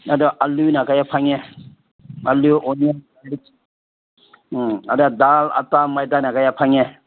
ꯑꯗ ꯑꯥꯜꯂꯨꯅ ꯀꯌꯥ ꯐꯪꯉꯦ ꯑꯥꯜꯂꯨ ꯑꯣꯅꯤꯌꯟ ꯒꯥꯔꯂꯤꯛ ꯎꯝ ꯑꯗ ꯗꯥꯜ ꯑꯇꯥ ꯃꯣꯏꯗꯥꯅ ꯀꯌꯥ ꯐꯪꯉꯦ